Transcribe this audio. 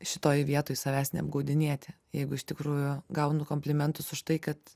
šitoje vietoj savęs neapgaudinėti jeigu iš tikrųjų gaunu komplimentus už tai kad